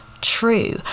true